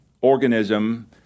organism